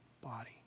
body